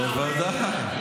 בוודאי,